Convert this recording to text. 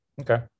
okay